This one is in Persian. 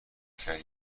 کردم